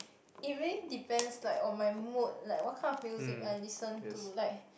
it really depends like on my mood like what kind music I listen to like